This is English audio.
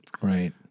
Right